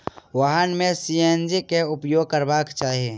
वाहन में सी.एन.जी के उपयोग करबाक चाही